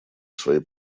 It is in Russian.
свои